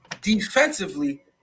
defensively